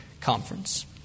conference